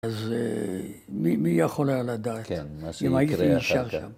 ‫אז מי יכול היה לדעת? ‫אם הייתי נשאר שם.